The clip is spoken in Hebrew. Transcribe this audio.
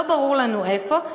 לא ברור לנו איפה.